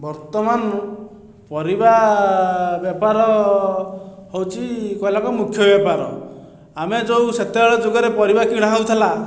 ବର୍ତ୍ତମାନ ପରିବା ବେପାର ହେଉଛି କହିଲେ ଏକ ମୁଖ୍ୟ ବେପାର ଆମେ ଯେଉଁ ସେତେବେଳ ଯୁଗରେ ପରିବା କିଣା ହେଉଥିଲା